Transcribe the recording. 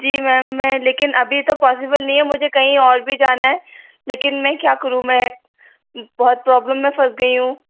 जी ma'am मैं लेकिन अभी तो पौसिबल नहीं है मुझे कहीं और भी जाना है लेकिन मैं क्या करूँ मैं बहुत प्रोब्लेम में फस गई हूँ